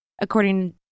according